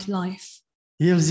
life